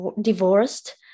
divorced